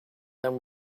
then